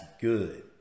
good